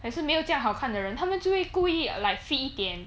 还是没有这样好看的人他们就会故意 like fit 一点